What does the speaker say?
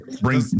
Bring